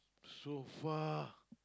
so far